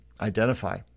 identify